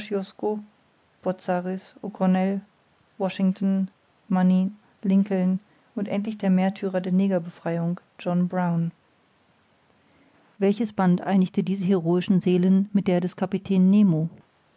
washington manin lincoln und endlich der märtyrer der negerbefreiung john brown welches band einigte diese heroischen seelen mit der des kapitäns nemo